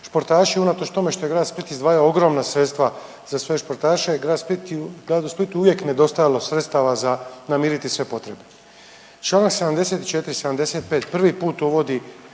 sportaši unatoč tome što je Grad Split izdvajao ogromna sredstva za svoje sportaše, Gradu Splitu uvijek je nedostajalo sredstava za namiriti sve potrebe. Čl. 74. i 75. prvi put uvodi